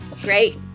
Great